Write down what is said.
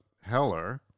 Heller